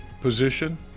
position